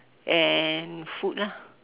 and food lah